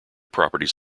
properties